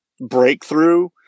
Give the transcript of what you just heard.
breakthrough